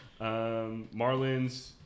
Marlins